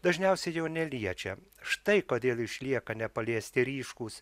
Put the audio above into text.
dažniausiai jo neliečia štai kodėl išlieka nepaliesti ryškūs